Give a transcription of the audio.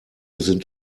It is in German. sind